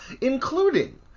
including